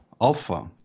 Alpha